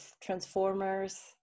transformers